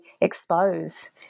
expose